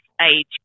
age